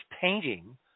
painting